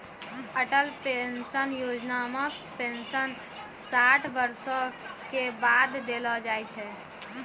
Atal pension योजना मे pension साठ बरसो के बाद देलो जाय छै